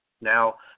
Now